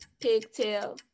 pigtail